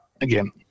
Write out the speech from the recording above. again